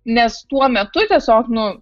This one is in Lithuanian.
nes tuo metu tiesiog nu